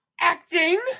acting